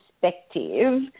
perspective